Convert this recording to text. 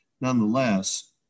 Nonetheless